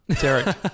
Derek